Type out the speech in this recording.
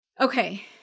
Okay